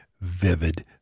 vivid